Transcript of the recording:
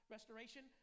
Restoration